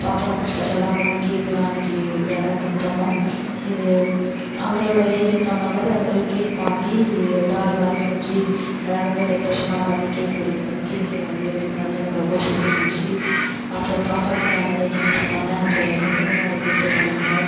பாப்பாவுக்கு ஸ்பெஷலாக வந்து கேக்லாம் அன்னிக்கி கிராண்டாக கட் பண்ணோம் இது அவளோடய ஏஜுக்கு தகுந்தா மாதிரி அந்தளவுக்கு கேக் வாங்கி ஒரு டால் மாதிரி செஞ்சு அழகாகவே டெக்ரேஷனெலாம் பண்ணி கேக் ரெடி பண்ணோம் கேக்கை வந்து ரெடி பண்ணது எனக்கு ரொம்ப பிடிச்சிருந்துச்சி அப்புறம் பாப்பாவுக்கு நான் நிறையா கிஃப்ட் பண்ணேன் அப்புறம் என் ஃபிரண்டுங்களும் நிறையா கிஃப்ட் பண்ணாங்க